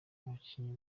abakinnyi